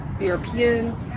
Europeans